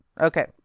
Okay